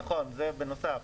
נכון, זה בנוסף.